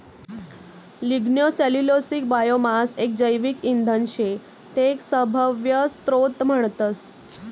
lignocellulosic biomass एक जैविक इंधन शे ते एक सभव्य स्त्रोत म्हणतस